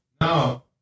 No